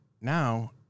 now